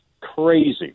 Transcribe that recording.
crazy